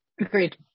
Agreed